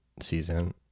season